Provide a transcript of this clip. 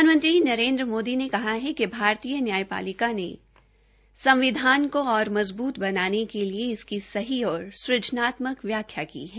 प्रधानमंत्री नरेन्द्र मोदी ने कहा है कि भारतीय न्यायपालिका ने संविधान को और मजबूत बनाने के लिए इसकी सही और सुजनात्मक व्याख्या की है